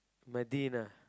Madinah